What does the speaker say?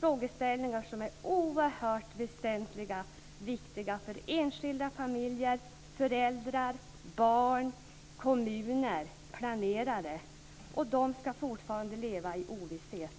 frågeställningar som är oerhört väsentliga och viktiga för enskilda familjer, föräldrar, barn, kommuner och planerare. Och de ska fortfarande leva i ovisshet.